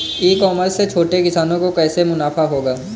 ई commerce से छोटे किसानों को कैसे मुनाफा होगा?